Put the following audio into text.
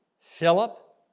Philip